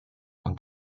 und